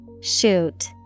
Shoot